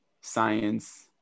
science